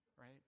right